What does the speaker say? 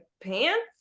pants